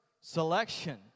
selection